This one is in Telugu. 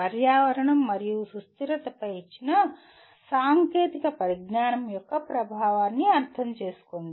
పర్యావరణం మరియు సుస్థిరతపై ఇచ్చిన సాంకేతిక పరిజ్ఞానం యొక్క ప్రభావాన్ని అర్థం చేసుకోండి